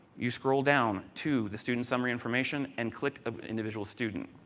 you scroll down to the student summary information and click a individual student.